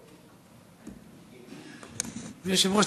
אדוני היושב-ראש,